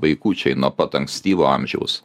vaikučiai nuo pat ankstyvo amžiaus